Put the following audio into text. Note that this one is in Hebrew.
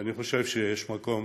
ואני חושב שיש מקום